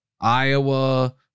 Iowa